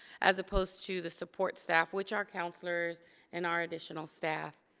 as opposed to the support staff. which are counselors and our additional staff.